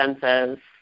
senses